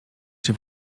czy